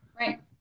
Right